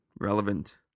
relevant